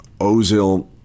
Ozil